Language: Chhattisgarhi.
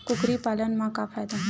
कुकरी पालन म का फ़ायदा हे?